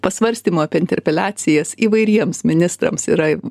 pasvarstymų apie interpeliacijas įvairiems ministrams yra